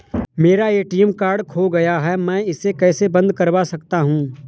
मेरा ATM card खो गया है मैं इसे कैसे बंद करवा सकता हूँ?